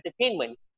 entertainment